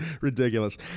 Ridiculous